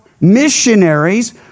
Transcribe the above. missionaries